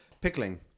pickling